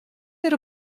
mear